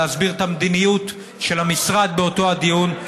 להסביר את המדיניות של המשרד באותו הדיון.